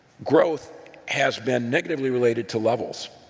growth has been negatively related to levels,